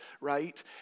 right